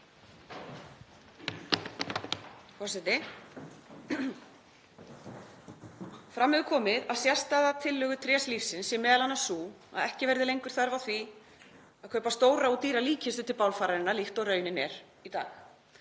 Fram hefur komið að sérstaða tillögu Trés lífsins sé m.a. sú að ekki verði lengur þörf á því að kaupa stóra og dýra líkkistu til bálfararinnar líkt og raunin er í dag.